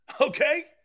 Okay